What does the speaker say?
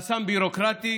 מחסם ביורוקרטי